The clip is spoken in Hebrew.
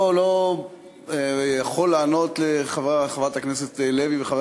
אני לא יכול לענות לחברת הכנסת לוי וחבר